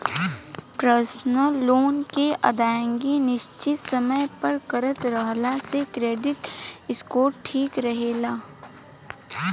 personal loan के अदायगी निसचित समय पर करत रहला से क्रेडिट स्कोर ठिक रहेला